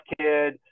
kid